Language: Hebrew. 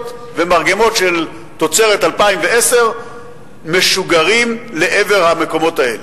והמרגמות תוצרת 2010 משוגרות לעבר המקומות האלה.